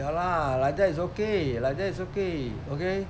yeah lah like that is okay like that is okay okay